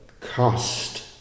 cost